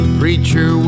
preacher